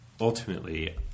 Ultimately